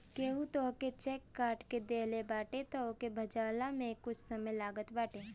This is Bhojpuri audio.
केहू तोहके चेक काट के देहले बाटे तअ ओके भजला में कुछ समय लागत बाटे